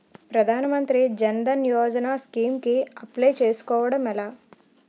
ప్రధాన మంత్రి జన్ ధన్ యోజన స్కీమ్స్ కి అప్లయ్ చేసుకోవడం ఎలా?